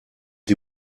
die